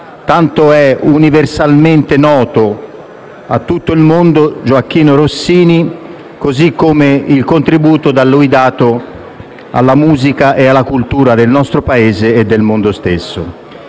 tant'è universalmente noto a tutto il mondo Gioachino Rossini, così come il contributo da lui dato alla musica e alla cultura del nostro Paese e del mondo intero.